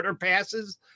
passes